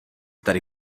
tady